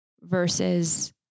versus